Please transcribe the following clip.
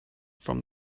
from